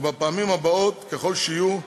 ובפעמים הבאות, ככל שיהיו,